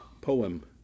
poem